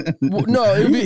No